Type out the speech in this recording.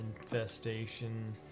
infestation